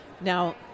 Now